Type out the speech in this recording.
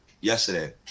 yesterday